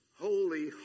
Holy